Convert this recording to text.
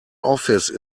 office